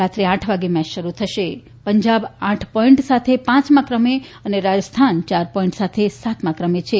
રાત્રે આઠ વાગે મેચ શરૂ થશે પંજાબ આઠ પોઇન્ટ સાથે પાંચમા ક્રમે અને રાજસ્થાન ચાર પોઈન્ટ સાથે સાતમા ક્રમે છે